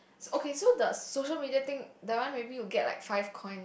so~ okay so the social media thing that one maybe you get like five coin